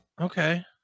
Okay